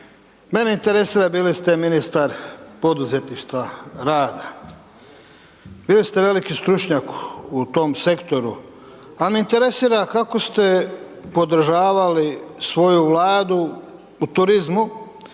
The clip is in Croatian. mene interesira bili ste ministar poduzetništva, rada, bili ste veliki stručnjak u tom sektoru, pa me interesira kako ste podržavali svoju vladu u turizmu